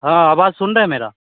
हाँ आवाज़ सुन रहे मेरा